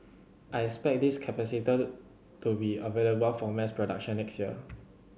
I expect this to be available for mass production next year